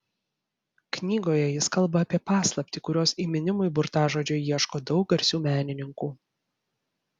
knygoje jis kalba apie paslaptį kurios įminimui burtažodžio ieško daug garsių menininkų